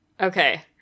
Okay